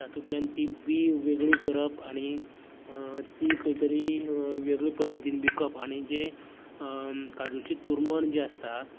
तातूंतल्यान ती बीं वेगळी करप आनी ती खंय तरी वेगळे पद्दतीन विकप आनी जे काजूचें तुरमण जें आसता